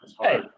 hey